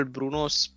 Bruno's